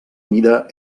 mida